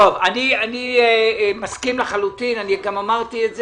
טוב, אני מסכים לחלוטין, אני גם אמרתי את זה.